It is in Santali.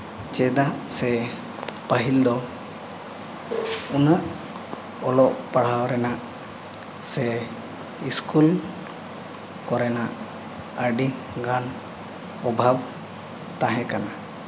ᱪᱮᱫᱟᱜ ᱥᱮ ᱯᱟᱹᱦᱤᱞ ᱫᱚ ᱩᱱᱟᱹᱜ ᱚᱞᱚᱜ ᱯᱟᱲᱦᱟᱣ ᱨᱮᱱᱟᱜ ᱥᱮ ᱥᱠᱩᱞ ᱠᱚᱨᱮᱱᱟᱜ ᱟᱹᱰᱤᱜᱟᱱ ᱚᱵᱷᱟᱵᱽ ᱛᱟᱦᱮᱸ ᱠᱟᱱᱟ